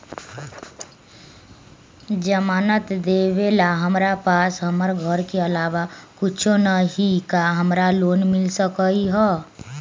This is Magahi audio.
जमानत देवेला हमरा पास हमर घर के अलावा कुछो न ही का हमरा लोन मिल सकई ह?